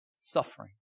suffering